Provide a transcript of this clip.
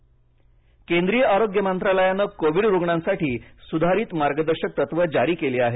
मार्गदर्शक सूचना केंद्रीय आरोग्य मंत्रालयाने कोविड रुग्णांसाठी सुधारित मार्गदर्शक तत्त्वे जारी केली आहेत